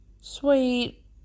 sweet